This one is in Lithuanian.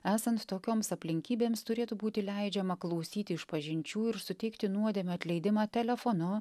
esant tokioms aplinkybėms turėtų būti leidžiama klausyti išpažinčių ir suteikti nuodėmių atleidimą telefonu